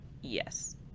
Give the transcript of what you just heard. Yes